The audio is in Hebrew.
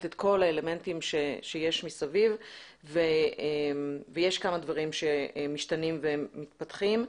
את כל האלמנטים שיש מסביב ויש כמה דברים שמשתנים ומתפתחים.